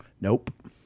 Nope